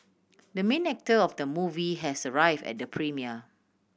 the main actor of the movie has arrive at the premiere